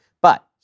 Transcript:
But-